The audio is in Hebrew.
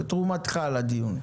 זו תרומתך לדיון.